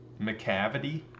McCavity